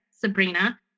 Sabrina